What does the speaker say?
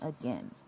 again